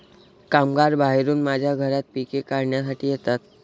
कामगार बाहेरून माझ्या घरात पिके काढण्यासाठी येतात